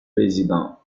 président